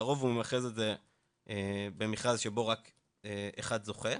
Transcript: לרוב הוא ממכרז את זה במכרז שבו רק אחד זוכה,